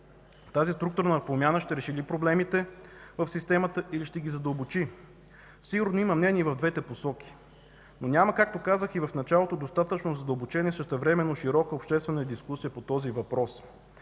Тази структурна промяна ще реши ли проблемите в системата или ще ги задълбочи? Сигурно има мнение и в двете посоки. Но няма, както казах и в началото, достатъчно задълбочена и същевременно широка обществена дискусия по този въпрос.